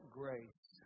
grace